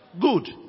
Good